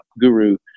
Guru